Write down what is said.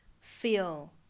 feel